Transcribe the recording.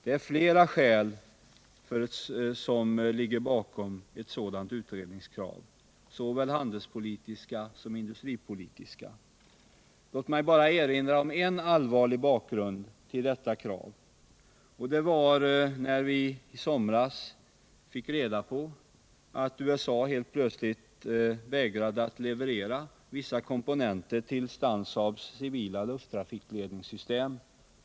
Det finns flera skäl till ett sådant utredningskrav, såväl handelspolitiska som industripolitiska. Låt mig bara erinra om en allvarlig bakgrund till detta krav, nämligen ett fall där vi i somras fick reda på att USA helt plötsligt vägrade att leverera vissa komponenter till Stansaabs civila lufttrafikledningssystem.